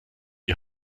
die